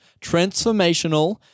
transformational